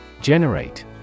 Generate